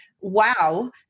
wow